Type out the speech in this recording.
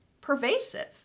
pervasive